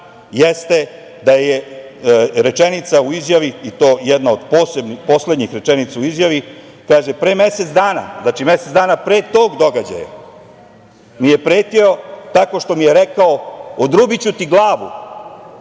jeste da je rečenica u izjavi i to jedna od poslednjih rečenica u izjavi, kaže – pre mesec dana, znači mesec dana pre tog događaja, mi je pretio tako što mi je rekao - odrubiću ti glavu.